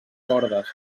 cordes